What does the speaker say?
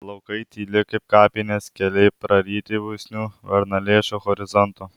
laukai tyli kaip kapinės keliai praryti usnių varnalėšų horizonto